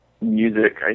music